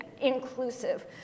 inclusive